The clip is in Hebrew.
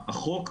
החוק,